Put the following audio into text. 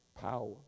power